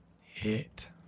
hit